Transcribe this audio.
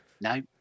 No